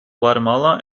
guatemala